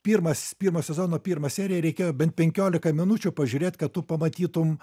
pirmas pirmo sezono pirmą seriją reikėjo bent penkiolika minučių pažiūrėt kad tu pamatytum